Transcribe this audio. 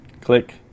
click